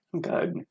Good